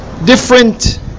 Different